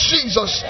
Jesus